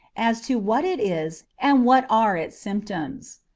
as to what it is and what are its symptoms.